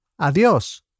Adiós